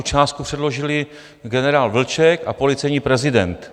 Částku předložili generál Vlček a policejní prezident.